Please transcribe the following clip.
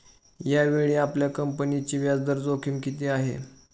यावेळी आपल्या कंपनीची व्याजदर जोखीम किती आहे?